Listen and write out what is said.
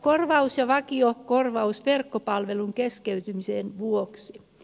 korvaus ja vakiokorvaus verkkopalvelun keskeytymisen vuoksi